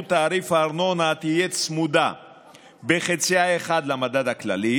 תעריף הארנונה תהיה צמודה בחצייה האחד למדד הכללי,